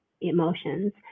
emotions